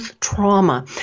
trauma